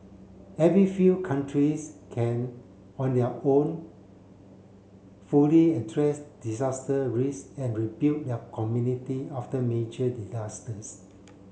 every few countries can on their own fully address disaster risk and rebuild their community after major disasters